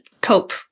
cope